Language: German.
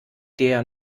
der